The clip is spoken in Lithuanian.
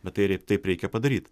bet tai rei taip reikia padaryt